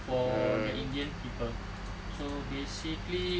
for the indian people so basically